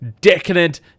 decadent